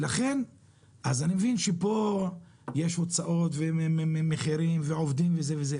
אני מבין שפה יש הוצאות ועובדים וכן הלאה,